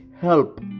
help